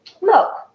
look